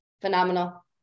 Phenomenal